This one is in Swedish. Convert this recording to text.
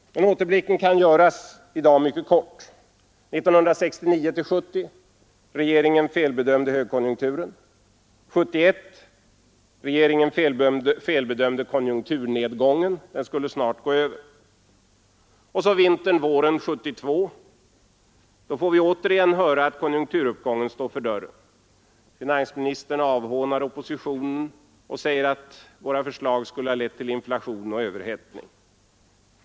Återblicken kan i dag göras mycket kort. 1969-1970: regeringen felbedömde högkonjunkturen. 1971: regeringen felbedömde konjunkturnedgången, den skulle snart gå över. Och så vintern—våren 1972: då får vi återigen höra att konjunkturuppgången står för dörren. Finansministern avhånar oppositionen och säger att våra förslag skulle ha lett till inflation och överhettning.